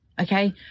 okay